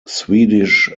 swedish